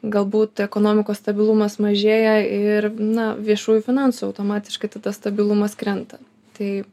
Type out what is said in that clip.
galbūt ekonomikos stabilumas mažėja ir na viešųjų finansų automatiškai tada stabilumas krenta tai